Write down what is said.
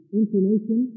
information